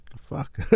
Fuck